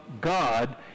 God